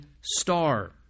star